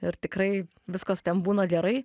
ir tikrai viskas ten būna gerai